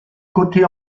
coté